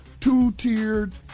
two-tiered